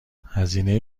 هزینه